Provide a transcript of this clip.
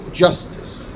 justice